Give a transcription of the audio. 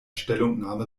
stellungnahme